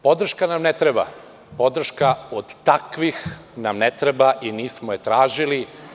Podrška nam ne treba, podrška od takvih nam ne treba i nismo je tražili.